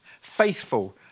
faithful